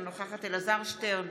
אינה נוכחת אלעזר שטרן,